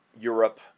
Europe